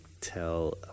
tell